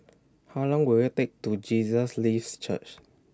How Long Will IT Take to Jesus Lives Church